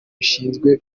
bishinzwe